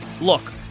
Look